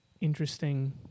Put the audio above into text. interesting